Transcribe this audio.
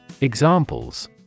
Examples